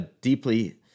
deeply